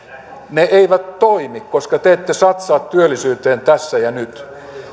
auta ne eivät toimi koska te ette satsaa työllisyyteen tässä ja nyt